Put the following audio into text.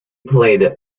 played